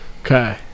Okay